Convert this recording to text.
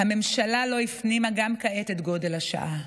הממשלה לא הפנימה גם כעת את גודל השעה.